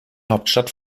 hauptstadt